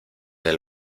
del